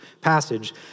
passage